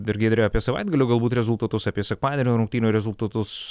dar giedre apie savaitgalio galbūt rezultatus apie sekmadienio rungtynių rezultatus